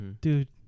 dude